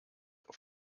auf